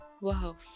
Wow